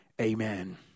Amen